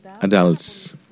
adults